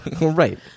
Right